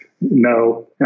no